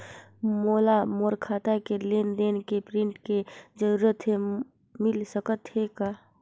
मोला मोर खाता के लेन देन के प्रिंट के जरूरत हे मिल सकत हे का?